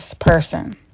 person